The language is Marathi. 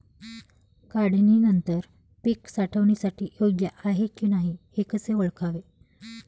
काढणी नंतर पीक साठवणीसाठी योग्य आहे की नाही कसे ओळखावे?